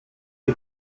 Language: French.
est